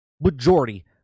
majority